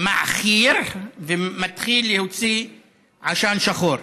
מעכיר והוא מתחיל להוציא עשן שחור.